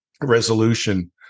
resolution